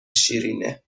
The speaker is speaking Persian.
شیرینه